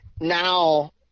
now